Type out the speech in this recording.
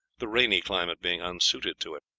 the rainy climate being unsuited to it.